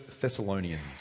Thessalonians